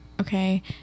okay